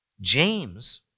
James